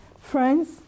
Friends